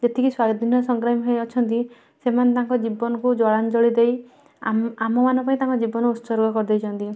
ଯେତିକି ସ୍ୱାଧୀନତା ସଂଗ୍ରାମୀ ଭାଇ ଅଛନ୍ତି ସେମାନେ ତାଙ୍କ ଜୀବନକୁ ଜଳାଞ୍ଜଳି ଦେଇ ଆମ ମାନଙ୍କ ପାଇଁ ତାଙ୍କ ଜୀବନ ଉତ୍ସର୍ଗ କରିଦେଇଛନ୍ତି